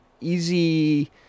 Easy